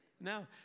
No